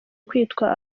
kwitwa